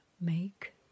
make